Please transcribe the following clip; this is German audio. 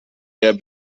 der